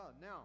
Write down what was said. Now